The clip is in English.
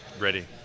Ready